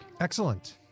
Excellent